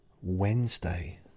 Wednesday